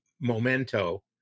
memento